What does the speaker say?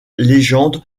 légendes